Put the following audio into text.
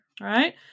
Right